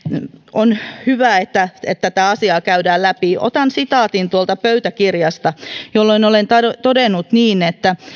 on hyvä että tätä asiaa käydään läpi otan sitaatin tuolta pöytäkirjasta jolloin olen todennut